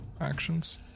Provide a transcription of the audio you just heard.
actions